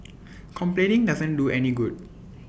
complaining doesn't do any good